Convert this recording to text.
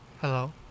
Hello